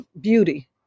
beauty